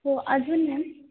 हो अजून मॅम